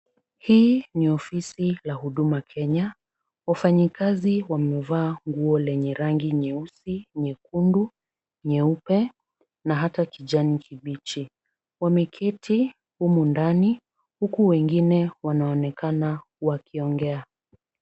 Hii ni ofisi la huduma Kenya. Wafanyikazi wamevaa nguo lenye rangi nyeusi, nyekundu, nyeupe na ata kijani kibichi. Wameketi humu ndani huku wengine wanaonekana wakiongea.